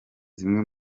zimwe